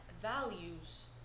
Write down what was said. values